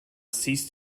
cease